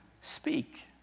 Speak